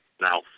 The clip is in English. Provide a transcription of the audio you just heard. Now